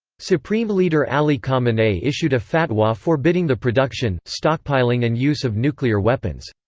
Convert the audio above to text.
supreme leader ali khamenei issued a fatwa forbidding the production, stockpiling and use of nuclear weapons.